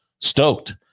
stoked